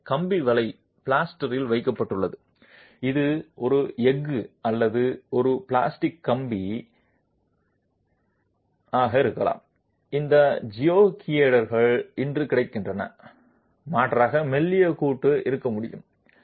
எனவே கம்பி வலை பிளாஸ்டரில் வைக்கப்பட்டுள்ளது இது ஒரு எஃகு அல்லது ஒரு பிளாஸ்டிக் கம்பி கண்ணி ஆக இருக்கலாம் இந்த ஜியோகிரிட்கள் இன்று கிடைக்கின்றன மாறாக மெல்லிய கூட்டு இருக்க முடியும்